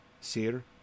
Sir